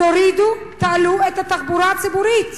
תעלו את התחבורה הציבורית.